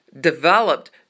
developed